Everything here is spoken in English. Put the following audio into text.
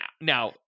now